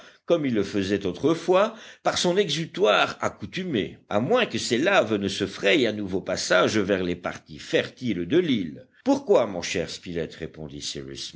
comme il le faisait autrefois par son exutoire accoutumé à moins que ces laves ne se frayent un nouveau passage vers les parties fertiles de l'île pourquoi mon cher spilett répondit